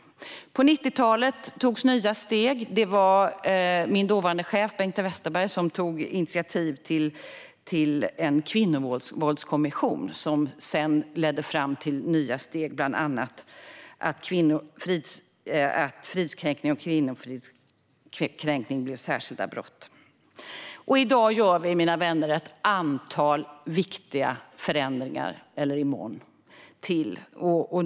På 1990-talet togs nya steg. Det var min dåvarande chef, Bengt Westerberg, som tog initiativ till en kvinnovåldskommission, vilket sedan bland annat ledde till att fridskränkning och kvinnofridskränkning blev särskilda brott. I dag, mina vänner, eller rättare sagt i morgon, gör vi ett antal viktiga förändringar till.